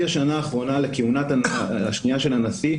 השנה האחרונה לכהונה השנייה של הנשיא,